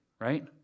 right